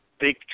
Big